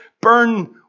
burn